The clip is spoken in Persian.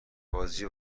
بازی